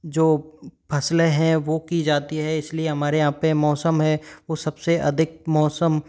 जो फसलें हैं वो की जाती है इसलिए हमारे यहाँ पे मौसम है वो सबसे अधिक मौसम